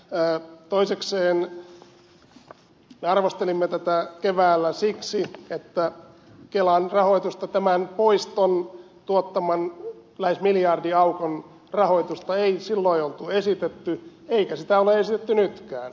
toisekseen me arvostelimme tätä keväällä siksi että kelalle tämän poiston tuottaman lähes miljardiaukon rahoitusta ei silloin ollut esitetty eikä sitä ole esitetty nytkään